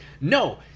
No